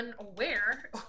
unaware